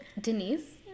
Denise